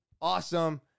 awesome